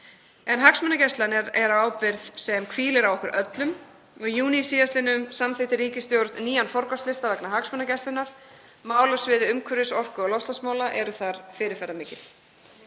En hagsmunagæslan er ábyrgð sem hvílir á okkur öllum. Í júní síðastliðnum samþykkti ríkisstjórnin nýjan forgangslista vegna hagsmunagæslunnar. Málasvið umhverfis-, orku- og loftslagsmála eru þar fyrirferðarmikil.